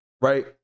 right